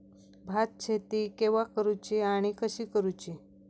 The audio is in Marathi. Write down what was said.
भात शेती केवा करूची आणि कशी करुची?